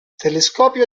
telescopio